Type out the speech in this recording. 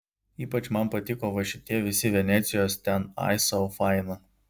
ypač man patiko va šitie visi venecijos ten ai sau faina